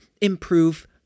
improve